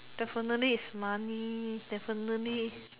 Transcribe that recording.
definitely is money definitely